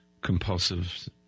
compulsive